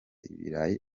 ibirayi